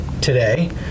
today